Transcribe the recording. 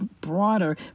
broader